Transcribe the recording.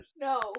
No